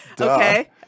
Okay